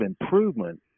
improvement